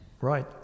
Right